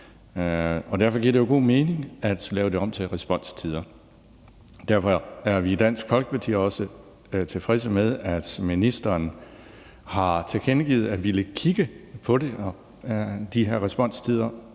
derfor giver det jo god mening at lave det om responstider. Derfor er vi i Dansk Folkeparti også tilfredse med, at ministeren har tilkendegivet at ville kigge på de her responstider,